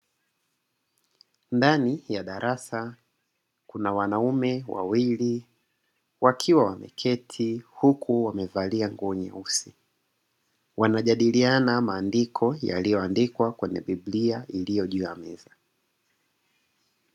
Ndani ya darasa kuna wanaume wawili wakiwa wameketi huku wamevalia nguo nyeusi, wanajadiliana maandiko yaliyoandikwa kwenye biblia iliyo juu ya meza.